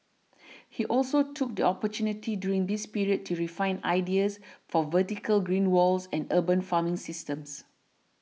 he also took the opportunity during this period to refine ideas for vertical green walls and urban farming systems